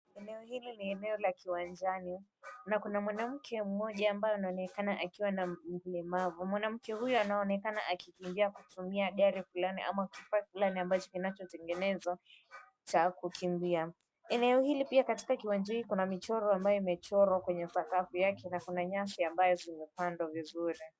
Eneo hili ni eneo la kiwanjani na kuna mwanamke mmoja ambaye anaonekana akiwa ni mlemavu. Mwanamke huyu anaonekana akikimbia kutumia gari fulani ama kifaa fulani ambacho kinachotengezwa, cha kukimbia. Eneo hii pia katika kiwanja hii kuna michoro ambayo imechorwa kwenye sakafu yake na kuna nyasi ambayo zimepandwa vizuri.